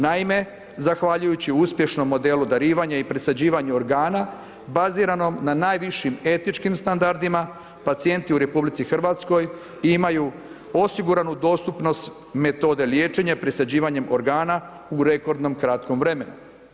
Naime, zahvaljujući uspješnom modelu darivanja i presađivanjem organa, bazirano na najvišim etičkim standardima pacijenti u RH imaju osiguranu dostupnost metode liječenja, presađivanjem organa u rekordnom kratkom vremenu.